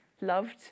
loved